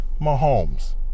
Mahomes